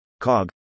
COG